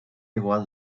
igual